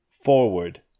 forward